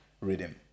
rhythm